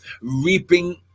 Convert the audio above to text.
reaping